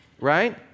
Right